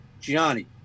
Gianni